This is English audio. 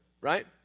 Right